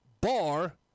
Bar